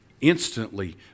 Instantly